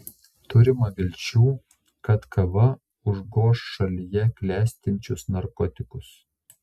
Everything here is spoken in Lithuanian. turima vilčių kad kava užgoš šalyje klestinčius narkotikus